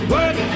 Work